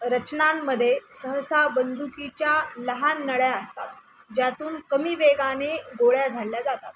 रचनांमध्ये सहसा बंदुकीच्या लहान नळ्या असतात ज्यातून कमी वेगाने गोळ्या झाडल्या जातात